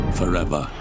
forever